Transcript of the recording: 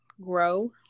grow